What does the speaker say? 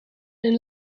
een